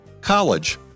College